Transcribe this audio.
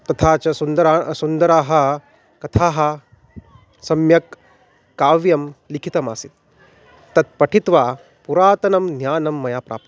तथा च सुन्दराः सुन्दराः कथाः सम्यक् काव्यं लिखितमासीत् तत् पठित्वा पुरातनं ज्ञानं मया प्राप्तं